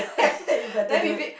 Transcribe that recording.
you better do it